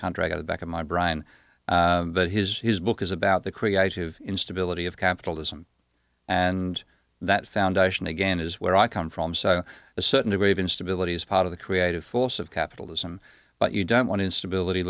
contract at the back of my brine his book is about the creative instability of capitalism and that foundation again is where i come from so a certain degree of instability is part of the creative force of capitalism but you don't want instability